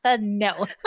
No